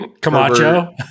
Camacho